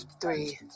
three